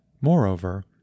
Moreover